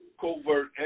covert